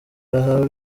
bahawe